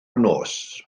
nos